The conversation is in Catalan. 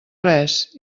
res